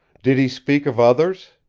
did he speak of others?